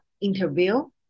interview